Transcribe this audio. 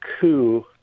coup